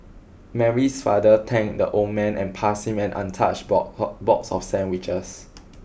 Mary's father thanked the old man and passed him an untouched box of sandwiches